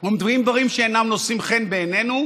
אומרים דברים שאינם נושאים חן בעינינו,